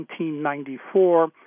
1994